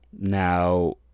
Now